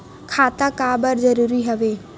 खाता का बर जरूरी हवे?